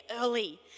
early